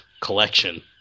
collection